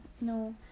no